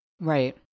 Right